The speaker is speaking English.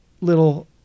Little